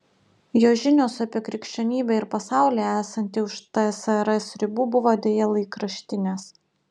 jo žinios apie krikščionybę ir pasaulį esantį už tsrs ribų buvo deja laikraštinės